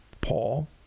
Paul